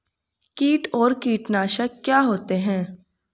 कीट और कीटनाशक क्या होते हैं?